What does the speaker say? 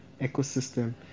ecosystem